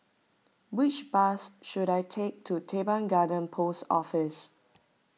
which bus should I take to Teban Garden Post Office